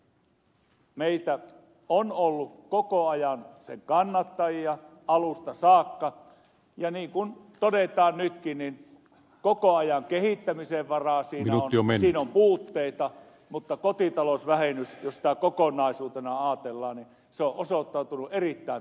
mutta meitä sen kannattajia on ollut koko ajan alusta saakka ja niin kuin nytkin todetaan koko ajan kehittämisen varaa siinä on siinä on puutteita mutta kotitalousvähennys jos sitä kokonaisuutena ajatellaan on osoittautunut erittäin toimivaksi